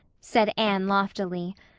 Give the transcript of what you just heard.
said anne loftily.